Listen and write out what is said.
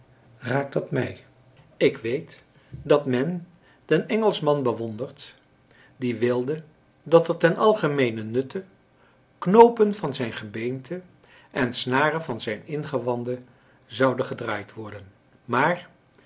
raakt dat mij ik weet dat men den engelschman bewondert die wilde dat er ten algemeenen nutte knoopen van zijn gebeente en snaren van zijne ingewanden zouden gedraaid worden maar